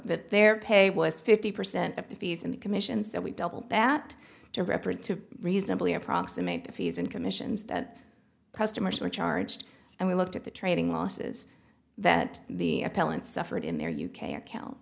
that their pay was fifty percent of the fees and commissions that we double that to represent a reasonably approximate the fees and commissions that customers were charged and we looked at the trading losses that the appellant suffered in their u k account